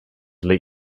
let